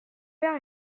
père